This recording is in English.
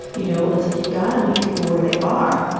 you know, it's like you've got to meet people where they are